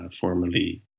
Formerly